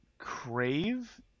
crave